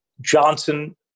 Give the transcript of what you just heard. Johnson